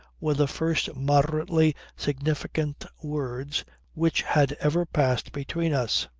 were the first moderately significant words which had ever passed between us.